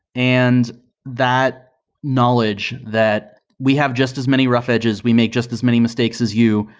and that knowledge that we have just as many rough edges we make just as many mistakes as you.